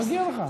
מגיע לך.